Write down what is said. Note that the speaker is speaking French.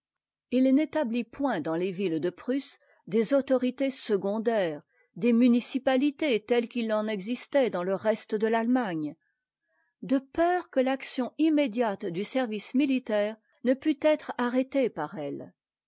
patriotisme n'établit point dans les villes de prusse des autorités secondaires des municipalités telles qu'il en existait dans le reste de l'allemagne de peur que l'action immédiate du service militaire ne pût être arrêtée par elles